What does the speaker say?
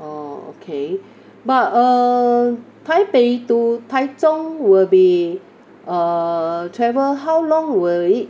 oh okay but uh taipei to taizhung will be uh travel how long will it